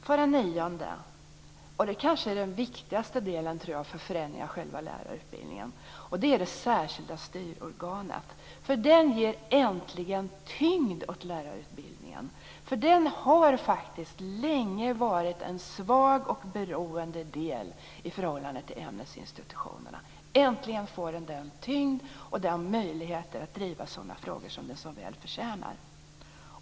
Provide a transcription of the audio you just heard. För det nionde: Här har vi den kanske viktigaste delen för en förändring av själva lärarutbildningen. Det gäller då det särskilda styrorgan som äntligen ger tyngd åt lärarutbildningen. Den har länge varit en svag och beroende del i förhållande till ämnesinstitutionerna men äntligen får den både den tyngd och de möjligheter att driva sådana frågor som den så väl förtjänar.